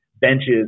benches